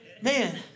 Man